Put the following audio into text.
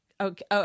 Okay